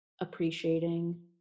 appreciating